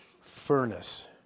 furnace